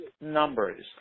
numbers